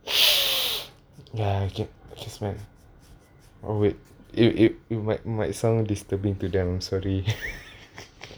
ya can smell oh wait it might might sound disturbing to them I'm sorry